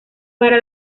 para